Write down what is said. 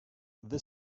this